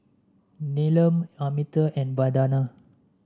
Neelam Amitabh and Vandana